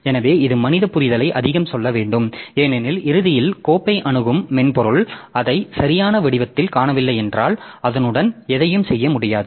எனவே இது மனித புரிதலை அதிகம் சொல்ல வேண்டும் ஏனெனில் இறுதியில் கோப்பை அணுகும் மென்பொருள் அதை சரியான வடிவத்தில் காணவில்லை என்றால் அதனுடன் எதையும் செய்ய முடியாது